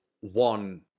one